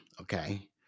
okay